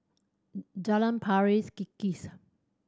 Jalan Pari Kikis